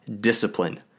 discipline